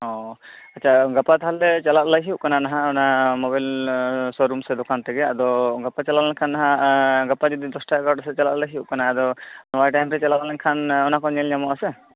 ᱚᱸᱻ ᱟᱪᱪᱷᱟ ᱜᱟᱯᱟ ᱛᱟᱦᱚᱞᱮ ᱪᱟᱞᱟᱜ ᱞᱟ ᱭ ᱦᱩᱭᱩᱜ ᱠᱟᱱᱟ ᱱᱷᱟᱜ ᱚᱱᱟ ᱢᱚᱵᱟᱭᱤᱞ ᱥᱚᱨᱩᱢ ᱥᱮ ᱫᱚᱠᱟᱱ ᱛᱮᱜᱮ ᱟᱫᱚ ᱜᱟᱯᱟ ᱪᱟᱞᱟᱣ ᱞᱮᱱ ᱠᱷᱟᱱ ᱱᱷᱟᱜ ᱜᱟᱯᱟ ᱡᱩᱫᱤ ᱫᱚᱥᱴᱟ ᱮᱜᱟᱨᱚᱴᱟ ᱥᱮᱫ ᱪᱟᱞᱟᱜ ᱞᱟ ᱭ ᱦᱩᱭᱩᱜ ᱠᱟᱱᱟ ᱟᱫᱚ ᱱᱚᱣᱟ ᱴᱟᱭᱤᱢ ᱨᱮ ᱪᱟᱞᱟᱣ ᱞᱮᱱ ᱠᱷᱟᱱ ᱚᱱᱟᱠᱚ ᱧᱮᱞ ᱧᱟᱢᱚᱜᱼᱟ ᱥᱮ